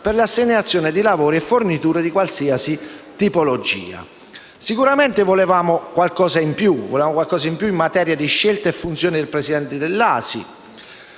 per le assegnazioni di lavori e forniture di qualsiasi tipologia». Sicuramente avremmo voluto qualcosa in più, in materia di scelta e funzioni del presidente dell'ASI: